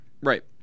Right